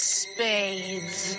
spades